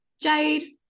Jade